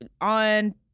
on